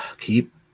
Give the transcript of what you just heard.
keep